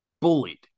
bullied